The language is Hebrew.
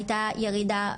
הייתה ירידה.